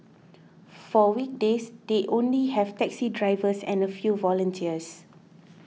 for weekdays they only have taxi drivers and a few volunteers